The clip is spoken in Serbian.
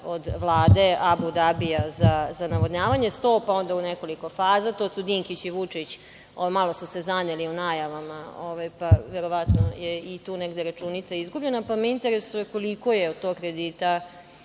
od Vlade Abu Dabija za navodnjavanje, 100, pa onda u nekoliko faza, to su se Dinkić i Vučić malo zaneli u najavama, pa je verovatno tu negde računica izgubljena. Interesuje me koliko je od tog kredita